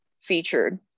featured